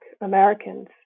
Americans